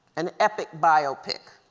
an epic biopic.